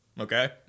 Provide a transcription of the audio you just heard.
okay